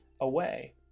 away